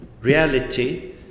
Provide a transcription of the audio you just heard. reality